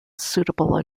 suitable